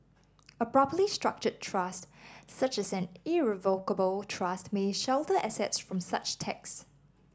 a properly structured trust such as an irrevocable trust may shelter assets from such tax